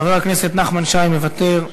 חבר הכנסת נחמן שי, מוותר.